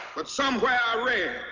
but somewhere i read